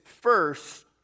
first